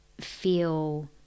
feel